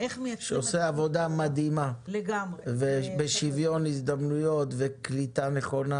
--- שעושה עבודה מדהימה בשוויון הזדמנויות וקליטה נכונה